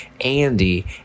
Andy